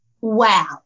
wow